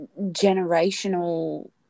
generational